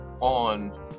on